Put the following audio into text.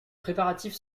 préparatifs